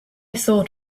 thought